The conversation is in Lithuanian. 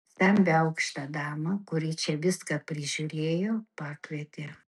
stambią aukštą damą kuri čia viską prižiūrėjo pakvietė